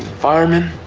fireman,